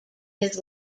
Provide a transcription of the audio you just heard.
his